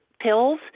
pills